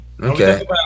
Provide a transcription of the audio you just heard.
Okay